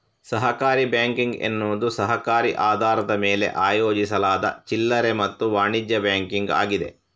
ಸಹಕಾರಿ ಬ್ಯಾಂಕಿಂಗ್ ಎನ್ನುವುದು ಸಹಕಾರಿ ಆಧಾರದ ಮೇಲೆ ಆಯೋಜಿಸಲಾದ ಚಿಲ್ಲರೆ ಮತ್ತು ವಾಣಿಜ್ಯ ಬ್ಯಾಂಕಿಂಗ್ ಆಗಿದೆ